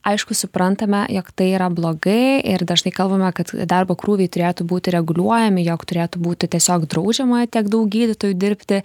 aišku suprantame jog tai yra blogai ir dažnai kalbame kad darbo krūviai turėtų būti reguliuojami jog turėtų būti tiesiog draudžiama tiek daug gydytojui dirbti